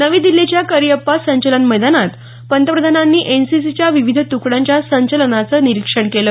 नवी दिल्लीच्या करियप्पा संचलन मैदानात पंतप्रधानांनी एनसीसीच्या विविध तुकड्यांच्या संचलनाचं निरीक्षण केलं